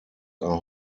are